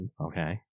Okay